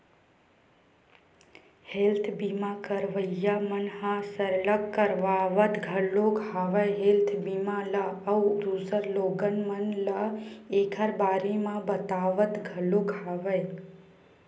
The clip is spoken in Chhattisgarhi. हेल्थ बीमा करवइया मन ह सरलग करवात घलोक हवय हेल्थ बीमा ल अउ दूसर लोगन मन ल ऐखर बारे म बतावत घलोक हवय